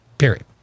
Period